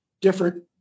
different